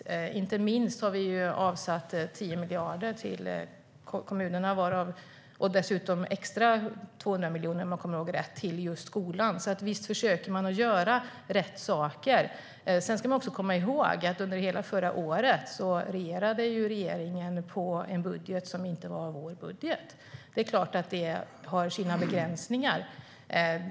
Vi har inte minst avsatt 10 miljarder till kommunerna och dessutom 200 miljoner extra, om jag kommer ihåg rätt, till just skolan. Visst försöker vi att göra rätt saker. Man ska också komma ihåg att under hela förra året regerade regeringen med en budget som inte var vår budget. Det är klart att det har sina begränsningar.